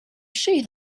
see